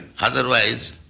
Otherwise